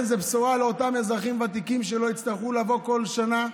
זו בשורה לאותם אזרחים ותיקים שלא יצטרכו לבוא בכל שנה,